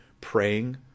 praying